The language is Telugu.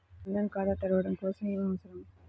జన్ ధన్ ఖాతా తెరవడం కోసం ఏమి అవసరం?